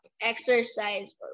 exercise